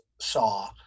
saw